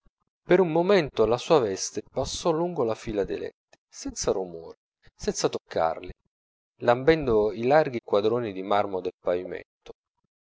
per un momento la sua veste passò lungo la fila dei letti senza romore senza toccarli lambendo i larghi quadroni di marmo del pavimento